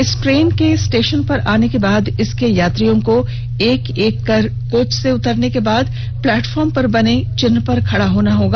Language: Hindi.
इस ट्रेन के स्टेशन पर आने के बाद इसके यात्रियों को एक एक कर कोच से उतरने के बाद प्लेटफार्म पर बने चिह्न पर खड़ा होना होगा